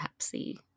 Pepsi